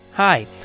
Hi